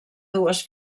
dues